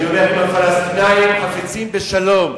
אני אומר: אם הפלסטינים חפצים בשלום,